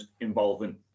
involving